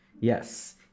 yes